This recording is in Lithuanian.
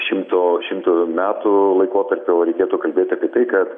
šimto šimto metų laikotarpį o reikėtų kalbėt apie tai kad